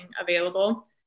available